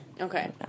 Okay